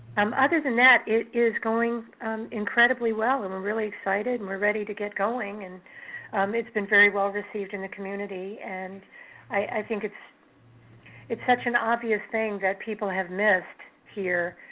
um other than that, it is going incredibly well, and we're really excited, and we're ready to get going. and it's been very well received in the community, and i think it's it's such an obvious thing that people have missed here,